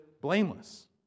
blameless